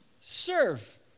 serve